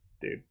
dude